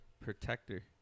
Protector